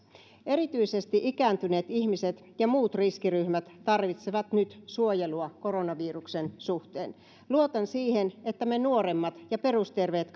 erityisesti ikääntyneet ihmiset ja muut riskiryhmät tarvitsevat nyt suojelua koronaviruksen suhteen luotan siihen että me nuoremmat ja perusterveet